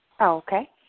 Okay